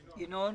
ינון,